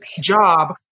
job